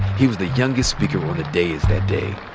he was the youngest speaker on the days that day.